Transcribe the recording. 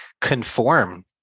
conform